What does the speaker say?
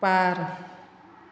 बार